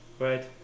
right